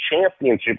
championship